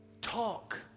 Talk